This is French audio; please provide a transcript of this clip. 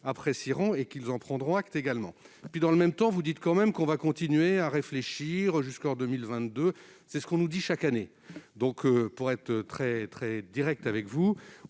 apprécieront et qu'ils en prendront acte également. Dans le même temps, vous nous dites tout de même qu'on va continuer à réfléchir, jusqu'en 2022 ... C'est ce qu'on nous dit chaque année. Pour être très direct avec vous,